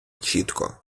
чітко